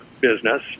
business